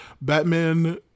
batman